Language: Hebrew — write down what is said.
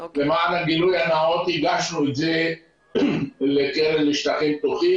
למען הגילוי הנאות הגשנו את זה לקרן לשטחים פתוחים